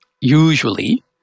usually